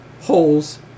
Holes